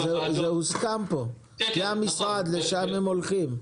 זה הוסכם פה, לשם המשרד הולך.